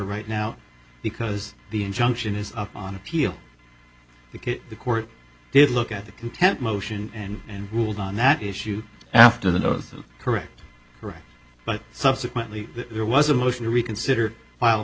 right now because the injunction is on appeal because the court did look at the contempt motion and and ruled on that issue after those correct correct but subsequently there was a motion to reconsider filed